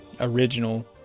original